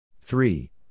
Three